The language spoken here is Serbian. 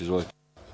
Izvolite.